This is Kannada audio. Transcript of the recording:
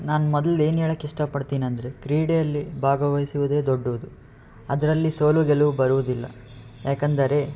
ನಾನು ಮದ್ಲು ಏನು ಹೇಳಕ್ಕೆ ಇಷ್ಟಪಡ್ತೀನಿ ಅಂದರೆ ಕ್ರೀಡೆ ಅಲ್ಲಿ ಭಾಗವಹಿಸುವುದೇ ದೊಡ್ಡುದು ಅದರಲ್ಲಿ ಸೋಲು ಗೆಲುವು ಬರುವುದಿಲ್ಲ ಯಾಕೆಂದರೆ